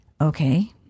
okay